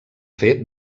fer